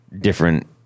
different